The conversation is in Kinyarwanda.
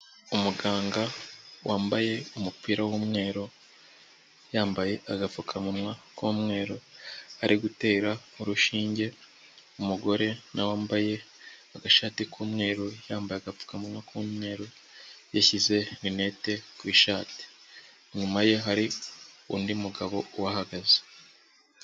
Umuganga wambaye umupira w'umweru, yambaye agapfukamunwa k'umweru, ari gutera urushinge, umugore nawe wambaye agashati k'umweru, yambaye agapfukamunwa k'umweru, yashyize rinete ku ishati, inyuma ye hari undi mugabo uhahagaze.